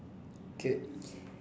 good